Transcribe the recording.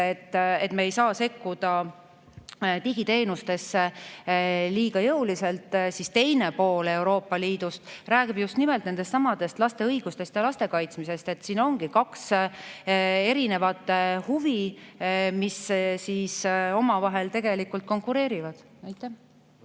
et me ei saa sekkuda digiteenustesse liiga jõuliselt, siis teine pool Euroopa Liidust räägib just nimelt laste õigustest ja laste kaitsmisest. Siin ongi kaks erinevat huvi, mis omavahel konkureerivad. Aitäh